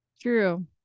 True